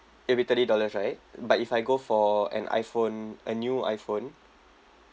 it'll be thirty dollars right but if I go for an iphone a new iphone